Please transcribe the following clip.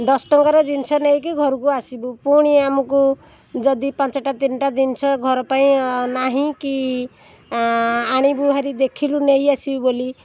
ଦଶଟଙ୍କାର ଜିନିଷ ନେଇକି ଘରକୁ ଆସିବୁ ପୁଣି ଆମକୁ ଯଦି ପାଞ୍ଚଟା ତିନିଟା ଜିନିଷ ଘର ପାଇଁ ନାହିଁ କି ଆଣିବୁ ହାରି ଦେଖିଲୁ ନେଇ ଆସିବୁ ବୋଲି